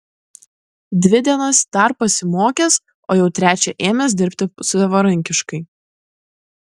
dvi dienas dar pasimokęs o jau trečią ėmęs dirbti savarankiškai